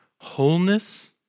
wholeness